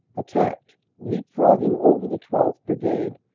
attacked, leap-frogging over the twelfth. brigade,